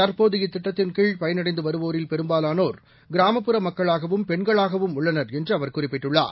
தற்போது இத்திட்டத்தின்கீழ் பயனடைந்து வருவோரில் பெரும்பாலானோர் கிராமப்புற மக்களாகவும் பெண்களாகவும் உள்ளனர் என்று அவர் குறிப்பிட்டுள்ளார்